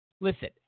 listen